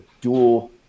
dual